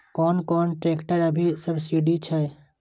कोन कोन ट्रेक्टर अभी सब्सीडी छै?